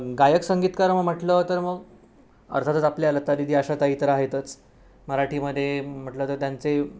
गायक संगीतकार मग म्हटलं तर मग अर्थातच आपल्या लतादीदी आशाताई तर आहेतच मराठीमध्ये म्हटलं तर त्यांचे